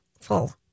full